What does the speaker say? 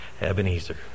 Ebenezer